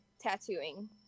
tattooing